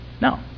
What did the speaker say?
No